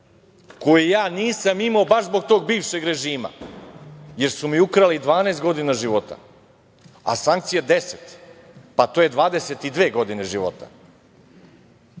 koji ja nisam imao baš zbog tog bivšeg režima, jer su mi ukrali 12 godina života, a sankcije 10, to je 22 godine života.